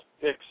picks